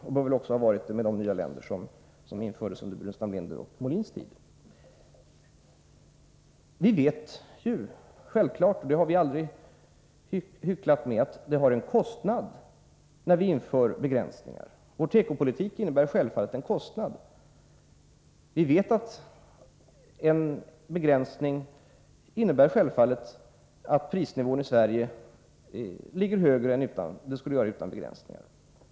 Det bör också ha varit fallet när det gällde de nya länder som infördes i systemet under Burenstam Linders och under Molins tid. Vi vet självfallet att det innebär en kostnad när vi inför begränsningar — där har vi aldrig försökt att hyckla. Vår tekopolitik innebär givetvis en kostnad. Vi vet att en begränsning medför att prisnivån blir högre än den skulle vara utan en begränsning.